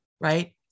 Right